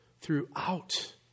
throughout